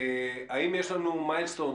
האם יש לנו אבני דרך